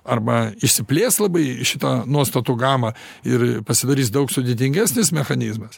arba išsiplės labai šita nuostatų gama ir pasidarys daug sudėtingesnis mechanizmas